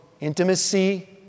intimacy